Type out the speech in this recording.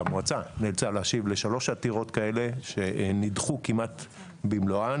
המועצה נאלצה להשיב לשלוש עתירות כאלה שנדחו כמעט במלואן,